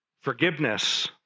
forgiveness